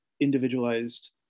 individualized